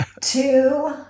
Two